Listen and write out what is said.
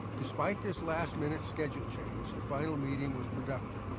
despite this last minute schedule change, the final meeting was productive.